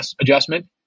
adjustment